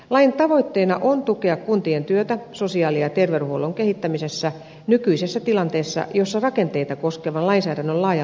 lain tavoitteena on tukea kuntien työtä sosiaali ja terveydenhuollon kehittämisessä nykyisessä tilanteessa jossa rakenteita koskevan lainsäädännön laaja alainen uudistus on kesken